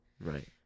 right